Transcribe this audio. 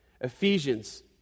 Ephesians